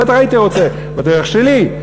בטח הייתי רוצה, בדרך שלי.